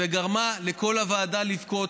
וגרמה לכל הוועדה לבכות.